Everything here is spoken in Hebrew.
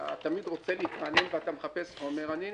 אתה תמיד רוצה להתרענן, אני נדהמתי.